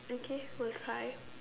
okay will try